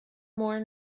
more